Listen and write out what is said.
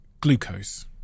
Glucose